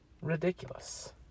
ridiculous